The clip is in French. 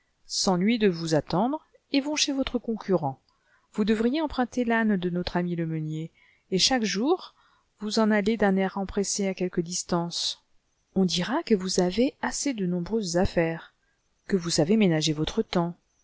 trajet s'ennuient de vous attendre et vont chez votre concurrent vous devriez emprunter l'âne de notre ami le meunier et chaque jour vous en aller d'un air empressé à quelque distance on dira que vous avez de nombreuses affaires que vous savez ménager votre temps